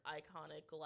iconic